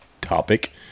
topic